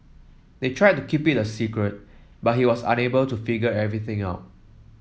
they tried to keep it a secret but he was unable to figure everything out